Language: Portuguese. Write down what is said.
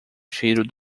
cheiro